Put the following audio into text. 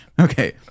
Okay